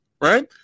right